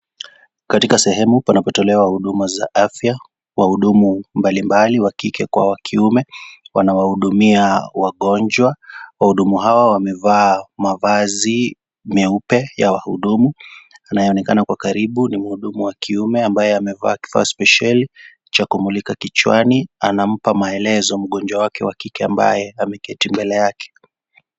Katika sehemu, panapotolewa huduma za afya, wahudumu mbalimbali, wa kike kwa wa kiume ,wanawahudumia wagonjwa. Wahudumu hawa wamevaa mavazi meupe ya wahudumu, anayeonekana kwa karibu ni mhudumu wa kiume ambaye amevaa kifaa spesheli cha kumulika kichwani. Anampa maelezo mgonjwa wake wa kike ambaye ameketi mbele yake.